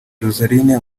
joselyne